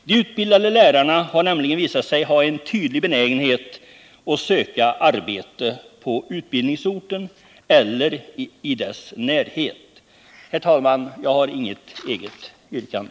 De utbildade lärarna har nämligen visat sig ha en tydlig benägenhet att söka arbete på utbildningsorten eller i dess närhet. Herr talman! Jag har inget eget yrkande.